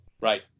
Right